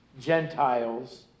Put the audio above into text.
Gentiles